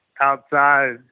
outside